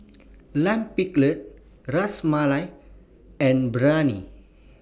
Lime Pickle Ras Malai and Biryani